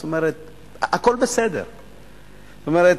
זאת אומרת,